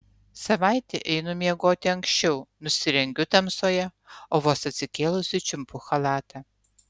savaitę einu miegoti anksčiau nusirengiu tamsoje o vos atsikėlusi čiumpu chalatą